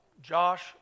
Josh